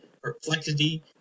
perplexity